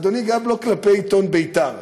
אדוני, גם לא כלפי עיתון בית"ר